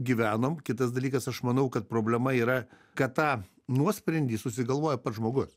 gyvenom kitas dalykas aš manau kad problema yra kad tą nuosprendį susigalvoja pats žmogus